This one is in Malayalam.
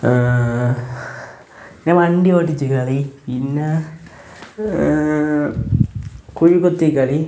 പിന്നെ വണ്ടി ഓടിച്ച് കളി പിന്നെ കുഴി കുത്തിക്കളി